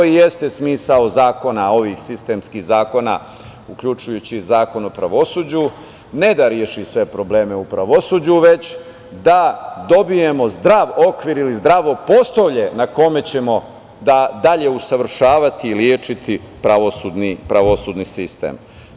To i jeste smisao ovih sistemskih zakona, uključujući i Zakon o pravosuđu, ne da reši sve probleme u pravosuđu, već da dobijemo zdrav okvir ili zdravo postolje na kome ćemo dalje usavršavati i lečiti pravosudni sistem.